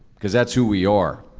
because that's who we are.